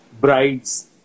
brides